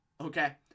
okay